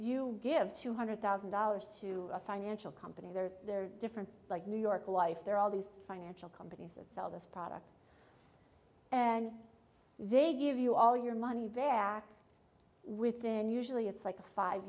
you give two hundred thousand dollars to a financial company there are different like new york life there are all these financial companies that sell this product and they give you all your money back within usually it's like a five